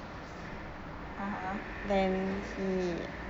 soon (uh huh)